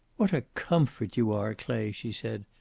what a comfort you are, clay, she said.